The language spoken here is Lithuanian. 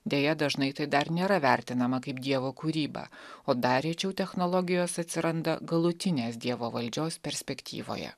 deja dažnai tai dar nėra vertinama kaip dievo kūryba o dar rečiau technologijos atsiranda galutinės dievo valdžios perspektyvoje